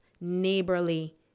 neighborly